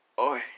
Oi